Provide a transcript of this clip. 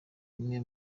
imwe